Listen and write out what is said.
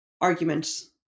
arguments